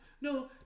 no